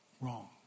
Wrong